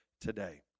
today